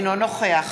אינו נוכח